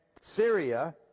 Syria